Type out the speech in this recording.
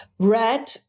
Red